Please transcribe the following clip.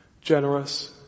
generous